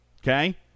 Okay